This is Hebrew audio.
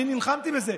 אני נלחמתי בזה,